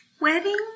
wedding